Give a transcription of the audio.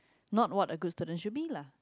not what a good student should be lah